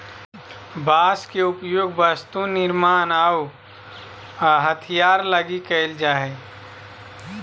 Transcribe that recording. बांस के उपयोग वस्तु निर्मान आऊ हथियार लगी कईल जा हइ